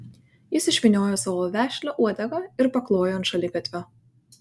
jis išvyniojo savo vešlią uodegą ir paklojo ant šaligatvio